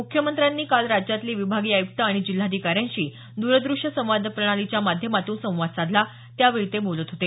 मुख्यमंत्र्यांनी काल राज्यातले विभागीय आय़क्त आणि जिल्हाधिकार्यांशी दूरदृश्य संवाद प्रणालीच्या माध्यमातून संवाद साधला त्यावेळी ते बोलत होते